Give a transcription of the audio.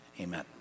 Amen